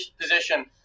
position